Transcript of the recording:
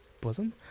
Bosom